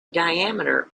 diameter